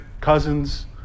cousins